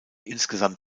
insgesamt